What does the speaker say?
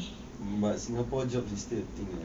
mm but singapore job is still a thing ah